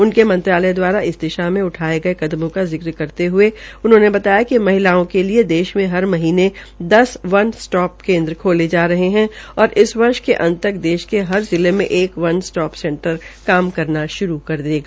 उनके मंत्रालय द्वारा इस दिशा में उठाये गये कदमों का जिक्र करते हये उन्होंने बताया कि महिलाओं के लिए देश में हर महीने दस वन स्टोप केन्द्र खोले जा रहे है और इस वर्ष में अंत तक देश के हर जिले में एक वन स्टोप सेंटर काम करना श्रू कर देगा